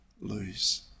lose